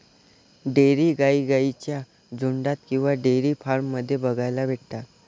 dairy गाई गाईंच्या झुन्डात किंवा डेयरी फार्म मध्ये बघायला भेटतात